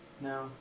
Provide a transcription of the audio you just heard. No